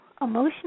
emotional